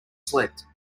slipped